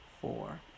four